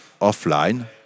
offline